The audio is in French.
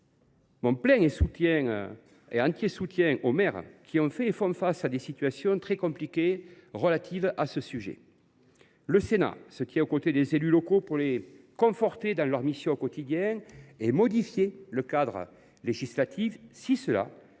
mon plein et entier soutien aux maires qui font ou ont fait face à des situations très compliquées relatives à ce sujet. Le Sénat se tient aux côtés des élus locaux pour les conforter dans leur mission au quotidien et pour modifier le cadre législatif si cela se révèle